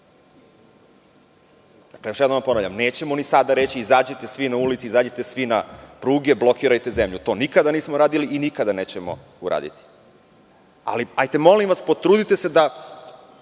namerom. Još jednom ponavljamo nećemo ni sada reći – izađite svi na ulice, izađite svi na pruge, blokirajte zemlju. To nikada nismo radili i nikada nećemo uraditi. Ali, molim vas, potrudite se da,